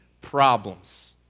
problems